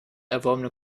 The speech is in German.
erworbene